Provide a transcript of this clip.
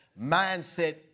mindset